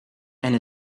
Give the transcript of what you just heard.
and